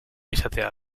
esatea